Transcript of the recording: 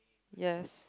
yes